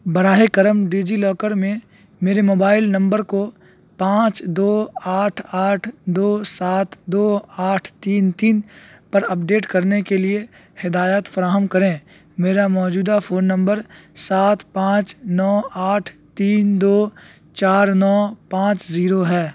براہ کرم DigiLocker میں میرے موبائل نمبر کو پانچ دو آٹھ آٹھ دو سات دو آٹھ تین تین پر اپڈیٹ کرنے کے لیے ہدایات فراہم کریں میرا موجودہ فون نمبر سات پانچ نو آٹھ تین دو چار نو پانچ زیرو ہے